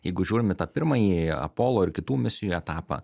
jeigu žiūrim į tą pirmąjį apolo ir kitų misijų etapą